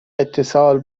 اتصال